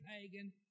pagan